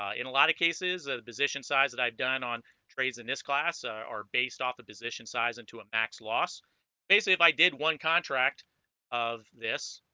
ah in a lot of cases of the position size that i've done on trades in this class ah are based off the position size into a max loss basically if i did one contract of this